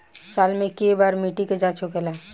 साल मे केए बार मिट्टी के जाँच होखेला?